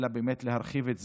אלא להרחיב את זה.